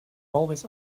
always